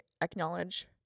acknowledge